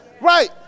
right